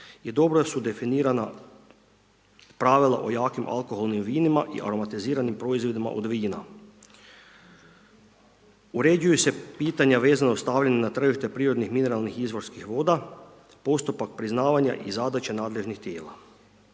dobro su definirana pravila o jakim alkoholnim vinima i aromatiziranim proizvodima od vina. Uređuju se pitanja vezano uz stavljanje na tržište prirodnih mineralnih izvorskih voda, postupak priznavanja i zadaće nadležnih tijela.